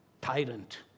tyrant